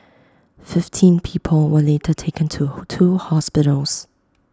fifteen people were later taken to two hospitals